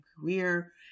career